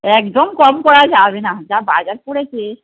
একদম কম করা যাবে না যা বাজার পড়েছে